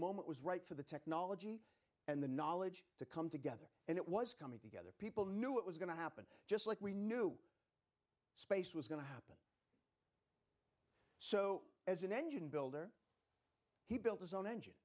moment was right for the technology and the knowledge to come together and it was coming together people knew it was going to happen just like we knew space was going to happen so as an engine builder he built his own engine